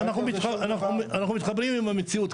אנחנו מתחברים עם המציאות.